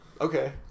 Okay